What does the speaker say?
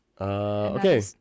Okay